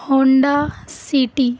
Honda city